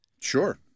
Sure